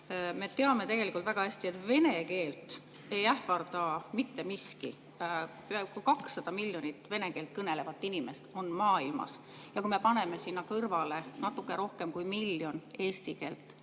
Me teame väga hästi, et vene keelt ei ähvarda mitte miski. Peaaegu 200 miljonit vene keelt kõnelevat inimest on maailmas. Ja kui me paneme sinna kõrvale natuke rohkem kui miljon eesti keelt